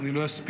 אני לא אספיק,